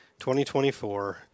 2024